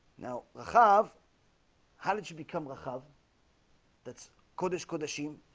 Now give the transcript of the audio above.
now have how did she become the hub that's code, ascona? she?